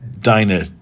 diner